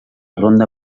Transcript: ronda